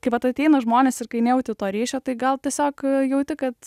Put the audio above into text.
kai vat ateina žmonės ir kai nejauti to ryšio tai gal tiesiog jauti kad